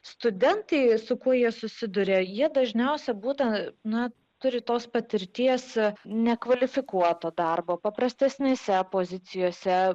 studentai su kuo jie susiduria jie dažniausiai butą na turi tos patirties nekvalifikuoto tarpo paprastesnėse pozicijose